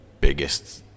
biggest